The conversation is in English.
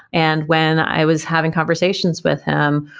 and when i was having conversations with him,